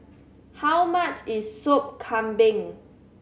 how much is Sop Kambing